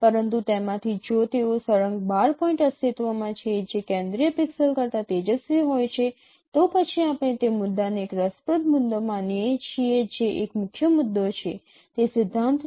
પરંતુ તેમાંથી જો તેઓ સળંગ 12 પોઇન્ટ અસ્તિત્વમાં છે જે કેન્દ્રીય પિક્સેલ કરતાં તેજસ્વી હોય છે તો પછી આપણે તે મુદ્દાને એક રસપ્રદ મુદ્દો માનીએ છીએ જે એક મુખ્ય મુદ્દો છે તે સિદ્ધાંત છે